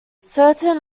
certain